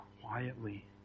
quietly